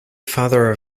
father